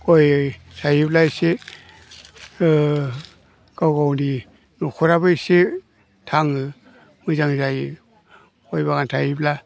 गय गायोब्ला एसे गाव गावनि न'खराबो एसे थाङो मोजां जायो गय बागान थायोब्ला